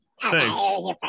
thanks